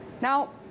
Now